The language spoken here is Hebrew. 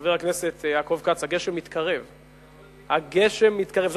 חבר הכנסת יעקב כץ, הגשם מתקרב.